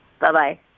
Bye-bye